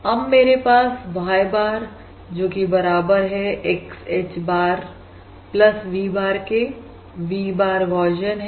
अब मेरे पास Y bar जोकि बराबर है X H bar V bar के V bar गौशियन है